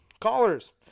callers